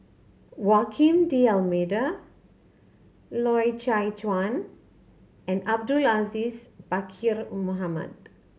Woaquim D'Almeida Loy Chye Chuan and Abdul Aziz Pakkeer Mohamed